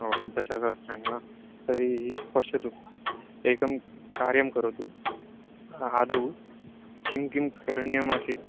हो दशसहस्राणि वा तर्हि पश्यतु एकं कार्यं करोतु आदौ किं किं करणीयमासीत्